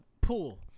pool